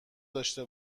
داشته